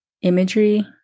imagery